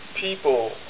people